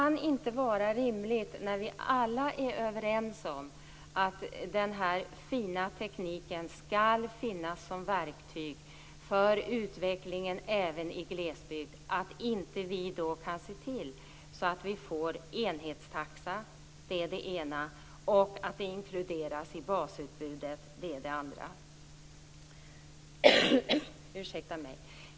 När vi alla är överens om att den här fina tekniken skall finnas som verktyg för utvecklingen även i glesbygden är det inte rimligt att vi inte kan se till att vi för det första får enhetstaxa och att det för det andra inkluderas i basutbudet.